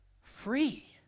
free